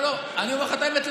אני אומר לך את האמת,